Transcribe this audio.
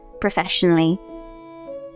professionally